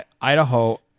Idaho